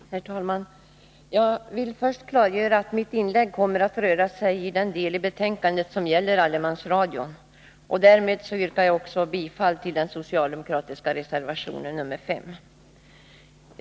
Herr talman! Jag vill först klargöra att mitt inlägg kommer att röra sig om den del i betänkandet som gäller allemansradion. Därmed yrkar jag också bifall till den socialdemokratiska reservationen nr 5.